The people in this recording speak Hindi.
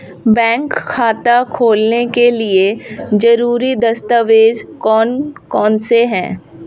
बैंक खाता खोलने के लिए ज़रूरी दस्तावेज़ कौन कौनसे हैं?